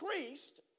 increased